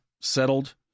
settled